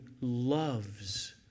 loves